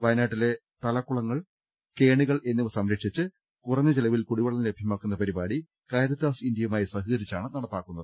വയനാട്ടിലെ തലക്കുളങ്ങൾ കേണികൾ എന്നിവ സംരക്ഷിച്ച് കുറഞ്ഞ ചെലവിൽ കുടി വെള്ളം ലഭ്യമാക്കുന്ന പരിപാടി കാരിത്താസ് ഇന്ത്യയുമായി സഹകരിച്ചാണ് നടപ്പാക്കുന്നത്